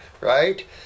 Right